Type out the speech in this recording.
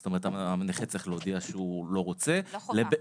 זאת אומרת הנכה צריך להודיע שהוא לא רוצה -- לא חובה.